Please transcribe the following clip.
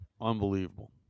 unbelievable